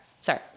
sorry